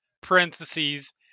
parentheses